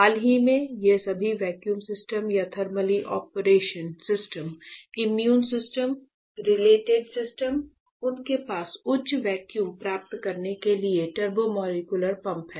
हाल ही में ये सभी वैक्यूम सिस्टम या thermally operation system immune system related system उनके पास उच्च वैक्यूम प्राप्त करने के लिए टर्बोमोलेक्यूलर पंप है